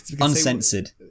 Uncensored